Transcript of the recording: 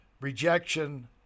rejection